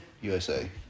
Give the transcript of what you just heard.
USA